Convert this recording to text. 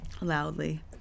loudly